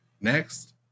Next